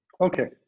Okay